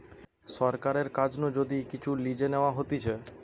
সরকারের কাছ নু যদি কিচু লিজে নেওয়া হতিছে